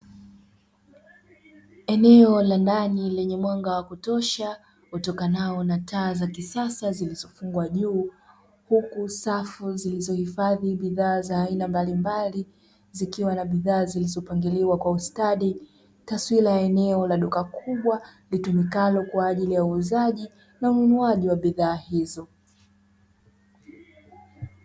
Eneo la ndani lenye mwanga wa kutosha utokanao na taa za kisasa zilizofungwa juu, huku safu zilizohifadhi bidhaa za aina mbalimbali zikiwa na bidhaa zilizopangiliwa kwa ustadi; taswira ya eneo la duka kubwa litumikalo kwa ajili ya uuzaji na ununuaji wa bidhaa hizo.